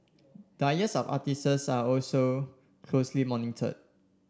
diets of artistes are also closely monitored